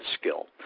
skill